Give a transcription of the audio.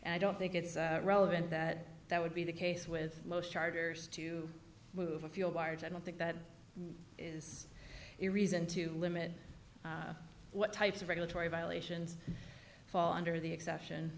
and i don't think it's relevant that that would be the case with most charters to move a fuel barge i don't think that is a reason to limit what types of regulatory violations fall under the exception